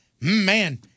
man